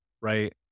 right